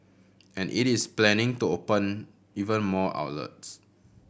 and it is planning to open even more outlets